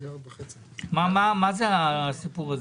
מה הסיפור הזה?